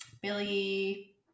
Billy